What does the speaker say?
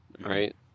right